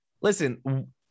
listen